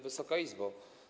Wysoka Izbo!